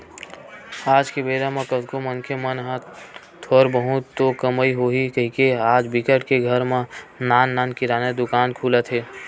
आज के बेरा म कतको मनखे मन ह थोर बहुत तो कमई होही कहिके आज बिकट के घर म नान नान किराना दुकान खुलत हे